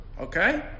okay